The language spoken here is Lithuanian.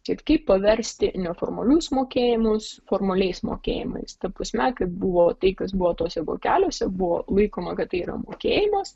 kaip kaip paversti neformalius mokėjimus formaliais mokėjimais ta prasme kad buvo tai kas buvo tuose vokeliuose buvo laikoma kad tai yra mokėjimas